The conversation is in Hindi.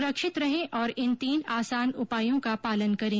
सुरक्षित रहें और इन तीन आसान उपायों का पालन करें